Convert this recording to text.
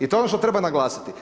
I to je ono što treba naglasiti.